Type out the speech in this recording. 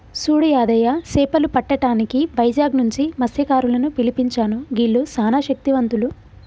సూడు యాదయ్య సేపలు పట్టటానికి వైజాగ్ నుంచి మస్త్యకారులను పిలిపించాను గీల్లు సానా శక్తివంతులు